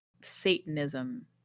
Satanism